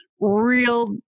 real